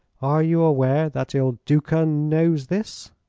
are you aware that il duca knows this?